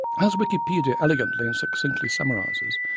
as wikepedia elegantly and succinctly summarizes,